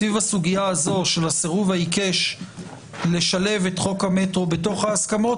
סביב הסוגיה של הסירוב העיקש לשלב את חוק המטרו בהסכמות,